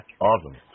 Awesome